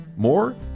More